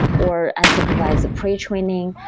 or unsupervised pre-training?